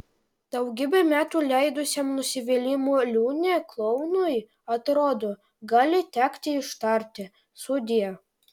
daugybę metų leidusiam nusivylimų liūne klounui atrodo gali tekti ištarti sudie